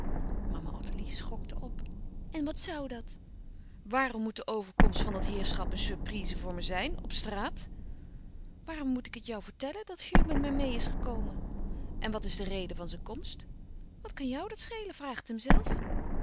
mama ottilie schokte op en wat zoû dat waarom moet de overkomst van dat heerschap een surprise voor me zijn op straat louis couperus van oude menschen de dingen die voorbij gaan waarom moest ik het jou vertellen dat hugh met me meê is gekomen en wat is de reden van zijn komst wat kan jou die schelen vraag het hem